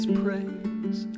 praise